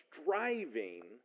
striving